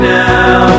now